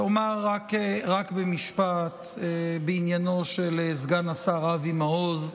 אומר רק משפט בעניינו של סגן השר אבי מעוז.